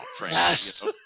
yes